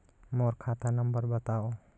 मोर खाता नम्बर बताव?